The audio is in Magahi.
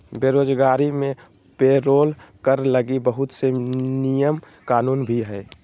बेरोजगारी मे पेरोल कर लगी बहुत से नियम कानून भी हय